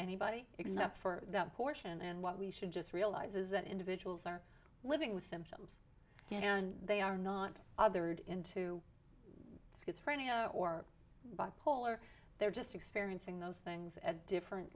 anybody except for that portion and what we should just realize is that individuals are living with symptoms and they are not bothered into schizophrenia or bipolar they're just experiencing those things at different